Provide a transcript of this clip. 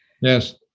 Yes